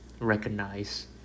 Recognize